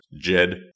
Jed